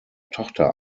tochter